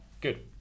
Good